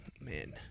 Man